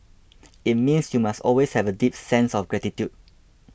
it means you must always have a deep sense of gratitude